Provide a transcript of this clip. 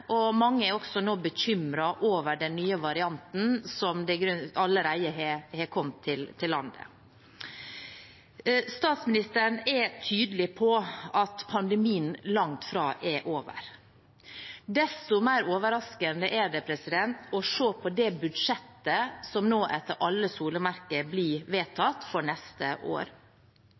og mange er også nå bekymret over den nye varianten, som vel allerede har kommet til landet. Statsministeren er tydelig på at pandemien langt fra er over. Desto mer overraskende er det å se på det budsjettet som nå etter alle solemerker blir vedtatt for neste år.